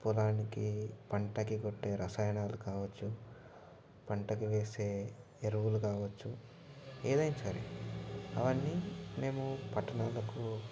పొలానికి పంటకి కొట్టే రసాయనాలు కావచ్చు పంటకు వేసే ఎరువులు కావచ్చు ఏదైనా సరే అవన్నీ మేము పట్టణాలకు